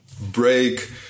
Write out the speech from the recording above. break